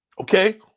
Okay